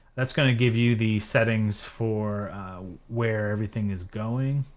that's gonna give you the settings for where everything is going,